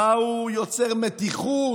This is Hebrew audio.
מה הוא יוצר מתיחות?